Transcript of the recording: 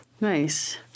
Nice